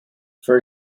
for